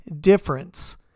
difference